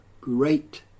great